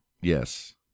Yes